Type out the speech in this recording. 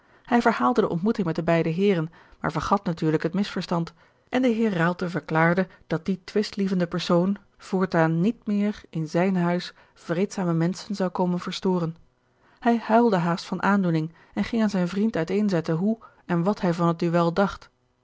hij verhaalde de ontmoeting met de beide heeren maar vergat natuurlijk het misverstand en de heer raalte verklaarde dat die twistlievende persoon voortaan niet meer in zijn huis vreedzame menschen zou komen verstoren hij huilde haast van aandoening en ging aan zijn vriend uiteenzetten hoe en wat hij van het duel dacht